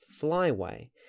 flyway